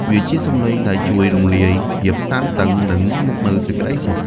វាជាសំឡេងដែលជួយរំលាយភាពតានតឹង និងនាំមកនូវសេចក្តីសុខ។